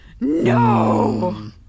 No